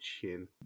chin